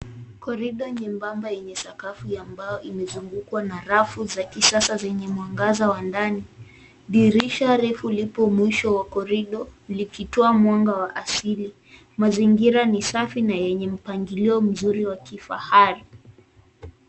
Korido nyembamba enye sakafu ya mbao imezungukwa na rafu za kisasa zenye mwangaza wa ndani dirisha refu lipo mwisho wa korido likitoa mwanga wa asili, mazingira ni safi na enye mpangilio mzuri wa kifahara.